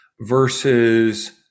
versus